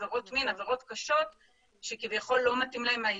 עבירות מין ועבירות קשות אחרות שכביכול לא מתאים להם האיזוק.